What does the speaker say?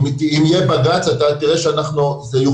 אם יהיה בג"צ אז זה יוכח.